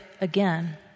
again